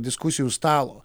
diskusijų stalo